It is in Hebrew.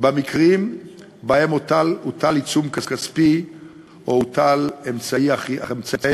במקרים שבהם הוטל עיצום כספי או הוטלו אמצעי